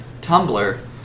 Tumblr